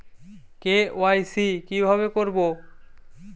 KYC কিভাবে করব?